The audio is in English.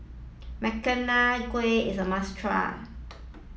Makchang Gui is a must try